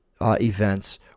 events